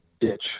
ditch